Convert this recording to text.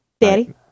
Daddy